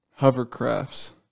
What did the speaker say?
Hovercrafts